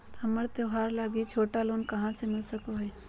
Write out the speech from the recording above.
हमरा त्योहार लागि छोटा लोन कहाँ से मिल सको हइ?